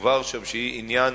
מובהר שם שהיא עניין